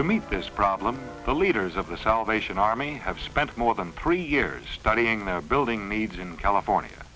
to meet this problem the leaders of the cell lation army have spent more than three years studying the building needs in california